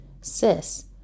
cis